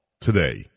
today